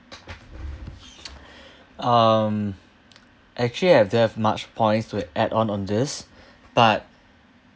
um actually I don't have much points to add on on this but